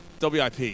WIP